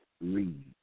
read